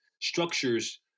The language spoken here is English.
structures